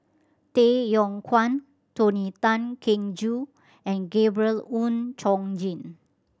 Tay Yong Kwang Tony Tan Keng Joo and Gabriel Oon Chong Jin